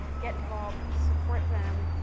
get involved, support them.